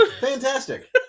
fantastic